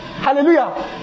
Hallelujah